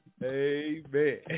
Amen